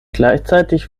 gleichzeitig